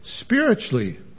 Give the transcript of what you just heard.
spiritually